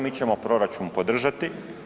Mi ćemo proračun podržati.